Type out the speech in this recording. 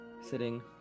sitting